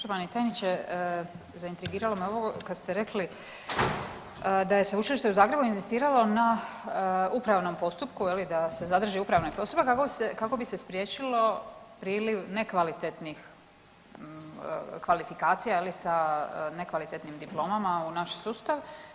Poštovani tajniče, zaintrigiralo me ovo kad ste rekli da je Sveučilište u Zagrebu inzistiralo na upravnom postupku, je li, da se zadrži upravni postupak kako bi se spriječilo priliv nekvalitetnih kvalifikacija, je li, sa nekvalitetnim diplomama u naš sustav.